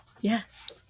Yes